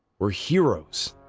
we're heroes.